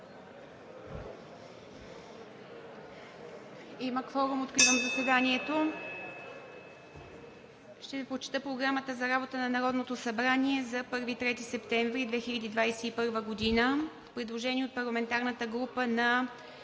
Има кворум. (Звъни.) Откривам заседанието. Ще Ви прочета Програмата за работа на Народното събрание за 1 – 3 септември 2021 г.: „Предложение на парламентарната група на